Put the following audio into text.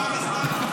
נגמר הזמן.